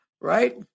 right